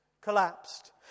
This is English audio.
collapsed